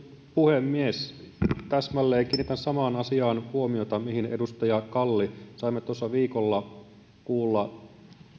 puhemies täsmälleen kiinnitän samaan asiaan huomiota mihin edustaja kalli saimme viikolla kuulla